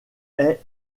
est